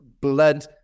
blood